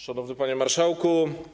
Szanowny Panie Marszałku!